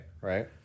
right